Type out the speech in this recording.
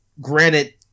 granted